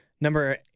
Number